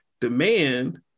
demand